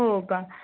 हो का